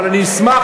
אבל אני אשמח,